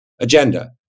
agenda